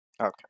Okay